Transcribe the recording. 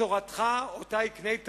תורתך, שאותה הקנית לי,